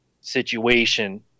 situation